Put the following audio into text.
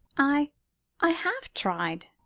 i i have tried.